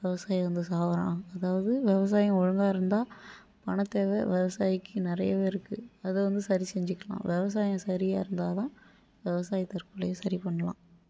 விவசாயி வந்து சாவுறா அதாவது விவசாயம் ஒழுங்காக இருந்தால் பணத்தேவை விவசாயிக்கு நிறையாவே இருக்கு அதை வந்து சரி செஞ்சிக்கிலாம் விவசாயம் சரியாக இருந்தால் தான் விவசாயி தற்கொலையை சரி பண்ணலாம்